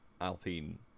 Alpine